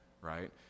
right